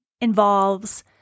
involves